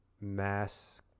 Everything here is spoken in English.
mass